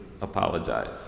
apologize